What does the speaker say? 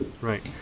right